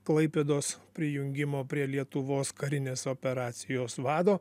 klaipėdos prijungimo prie lietuvos karinės operacijos vado